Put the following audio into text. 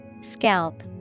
Scalp